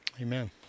Amen